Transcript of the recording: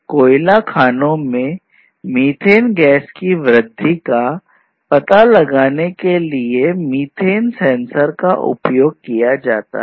कोयला खानों में मीथेन गैस में वृद्धि का पता लगाने के लिए मीथेन सेंसर का उपयोग किया जाता है